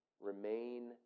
Remain